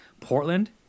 Portland